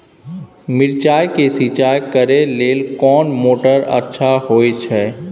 मिर्चाय के सिंचाई करे लेल कोन मोटर अच्छा होय छै?